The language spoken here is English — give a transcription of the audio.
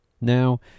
now